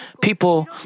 People